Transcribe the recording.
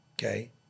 okay